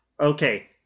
okay